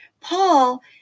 Paul